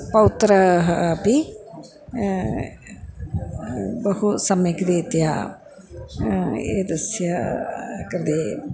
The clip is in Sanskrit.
पौत्राः अपि बहु सम्यक् रीत्या एतस्य कृते